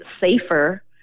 safer